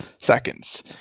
seconds